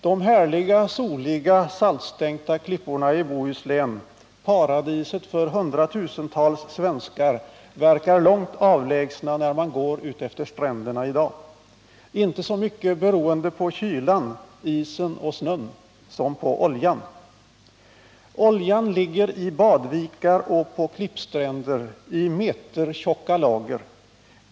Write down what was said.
De härliga, soliga, saltstänkta klipporna i Bohuslän, paradiset för hundratusentals svenskar, verkar långt avlägsna när man går utefter stränderna i dag — inte så mycket beroende på kylan, isen och snön som på oljan. Oljan ligger i badvikar och på klippstränder i metertjocka lager.